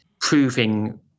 proving